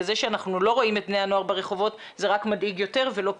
וזה שאנחנו לא רואים את בני הנוער ברחובות זה רק מדאיג יותר ולא פחות.